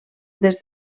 des